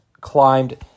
climbed